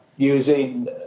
Using